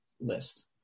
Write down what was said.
list